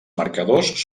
marcadors